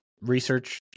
research